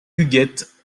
huguette